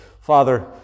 Father